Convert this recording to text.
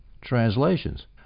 translations